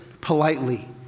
politely